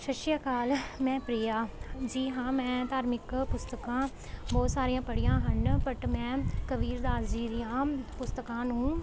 ਸਤਿ ਸ਼੍ਰੀ ਅਕਾਲ ਮੈਂ ਪ੍ਰੀਆ ਜੀ ਹਾਂ ਮੈਂ ਧਾਰਮਿਕ ਪੁਸਤਕਾਂ ਬਹੁਤ ਸਾਰੀਆਂ ਪੜ੍ਹੀਆਂ ਹਨ ਬਟ ਮੈਂ ਕਬੀਰ ਦਾਸ ਜੀ ਦੀਆਂ ਪੁਸਤਕਾਂ ਨੂੰ